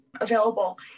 available